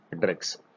drugs